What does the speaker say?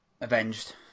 Avenged